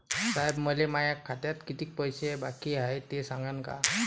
साहेब, मले माया खात्यात कितीक पैसे बाकी हाय, ते सांगान का?